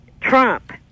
Trump